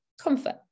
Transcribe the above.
comfort